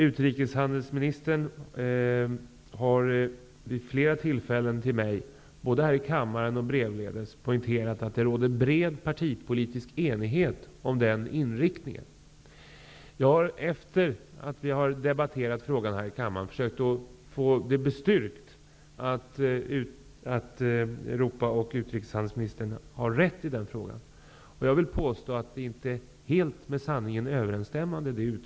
Utrikeshandelsministern har vid flera tillfällen, både här i kammaren och brevledes, poängterat för mig att det råder bred partipolitisk enighet om den inriktningen. Efter det att vi har debatterat frågan här i kammaren har jag försökt få det bestyrkt att Europa och utrikeshandelsministern har rätt i den frågan. Jag vill påstå att det uttalandet inte är helt med sanningen överensstämmande.